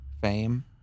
fame